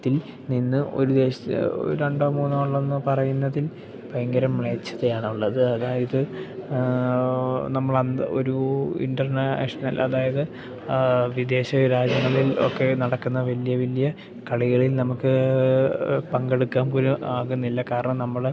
നിന്ന് ഒരു ദേശത്ത് രണ്ടോ മൂന്നോ ആളെന്നു പറയുന്നതിൽ ഭയങ്കരം മ്ലേച്ഛതയാണുള്ളത് അതായത് നമ്മളെന്താ ഒരു ഇൻ്റർനാഷണൽ അതായത് വിദേശ രാജ്യങ്ങളിൽ ഒക്കെ നടക്കുന്ന വലിയ വലിയ കളികളിൽ നമുക്ക് പങ്കെടുക്കാൻപോലും ആകുന്നില്ല കാരണം നമ്മൾ